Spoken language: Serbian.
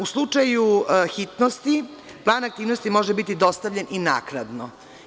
U slučaju hitnosti, plan aktivnosti može biti dostavljen i naknadno.